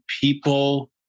people